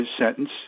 sentence